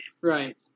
Right